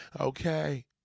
Okay